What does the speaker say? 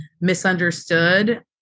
misunderstood